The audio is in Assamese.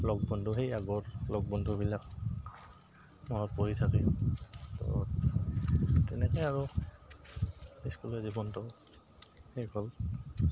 লগ বন্ধু সেই আগৰ লগ বন্ধুবিলাক মনত পৰি থাকে ত' তেনেকৈ আৰু ইস্কুলীয়া জীৱনটো শেষ হ'ল